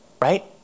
Right